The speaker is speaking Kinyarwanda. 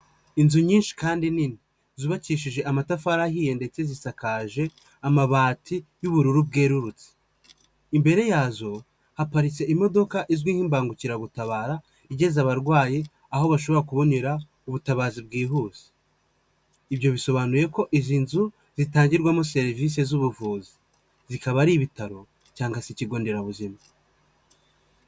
Inzu nyinshi kandi nini zubakishije amatafari ahiye ndetse zisakaje amabati y'ubururu bwerurutse, imbere yazo haparitse imodoka izwi nk'imbangukiragutabara igeza abarwayi aho bashobora kubonera ubutabazi bwihuse, ibyo bisobanuye ko izi nzu zitangirwamo serivisi z'ubuvuzi zikaba ari ibitaro cyangwa se ikigo nderabuzima.